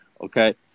okay